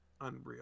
Unreal